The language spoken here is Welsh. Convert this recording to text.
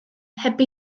heb